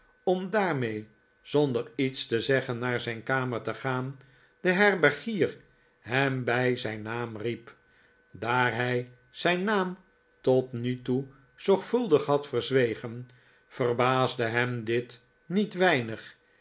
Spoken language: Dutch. om daarmee zonder iets te zeggen naar zijn kamer te gaan de herbergier hem bij zijn naam riep daar hij zijn naam tot nu toe zorgvuldig had verzwegen verbaasde hem dit niet weinig